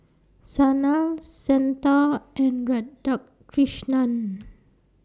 Sanal Santha and Radhakrishnan